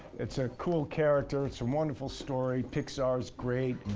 it's a cool character, it's a wonderful story, pixar's great.